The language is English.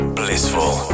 blissful